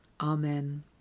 Amen